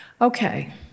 Okay